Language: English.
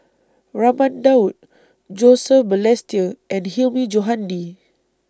Raman Daud Joseph Balestier and Hilmi Johandi